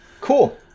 cool